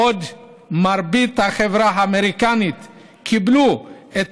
בעוד מרבית החברה האמריקנית קיבלה את